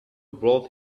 brought